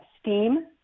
STEAM